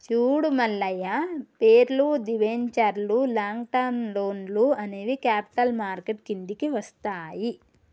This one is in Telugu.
చూడు మల్లయ్య పేర్లు, దిబెంచర్లు లాంగ్ టర్మ్ లోన్లు అనేవి క్యాపిటల్ మార్కెట్ కిందికి వస్తాయి